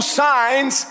signs